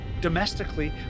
domestically